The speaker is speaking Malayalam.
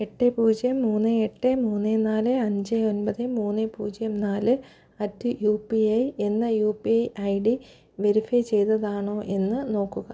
എട്ട് പൂജ്യം മൂന്ന് എട്ട് മൂന്ന് നാല് അഞ്ച് ഒമ്പത് മൂന്ന് പൂജ്യം നാല് അറ്റ് യു പി ഐ എന്ന U P I I D verify ചെയ്തതാണോ എന്ന് നോക്കുക